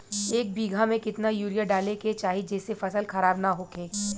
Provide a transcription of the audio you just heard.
एक बीघा में केतना यूरिया डाले के चाहि जेसे फसल खराब ना होख?